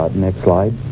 next slide.